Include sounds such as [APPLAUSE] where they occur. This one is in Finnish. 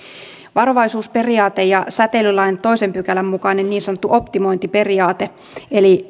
varovaisuusperiaate ja säteilylain toisen pykälän mukainen niin sanottu optimointiperiaate eli [UNINTELLIGIBLE]